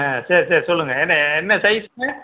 ஆ சரி சரி சொல்லுங்கள் என்ன என்ன சைசு